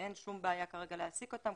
ואין שום בעיה כרגע להעסיק אותם,